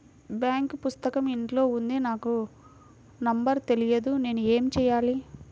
Bank పుస్తకం ఇంట్లో ఉంది నాకు నంబర్ తెలియదు నేను ఏమి చెయ్యాలి?